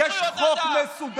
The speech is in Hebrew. יש חוק מסודר,